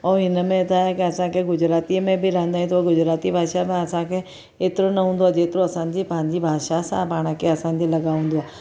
ऐं हिन में छा आहे के असांखे गुजरातीअ में बि रहंदा आहियूं त गुजराती भाषा खां असांखे एतिरो न हूंदो आहे जेतिरो असांजे पंहिंजी भाषा सां पाणखे असांखे लॻाव हूंदो आहे